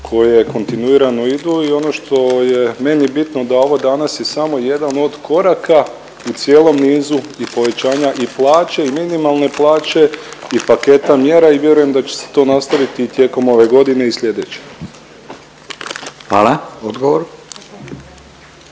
koje kontinuirano idu. I ono što je meni bitno da ovo danas je samo jedan od koraka u cijelom niz i povećanja i plaće i minimalne plaće i paketa mjera i vjerujem da će se to nastaviti i tijekom ove godine i sljedeće. **Radin,